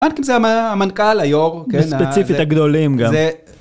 זה המנכ״ל, היו"ר, וספציפית הגדולים גם. זה...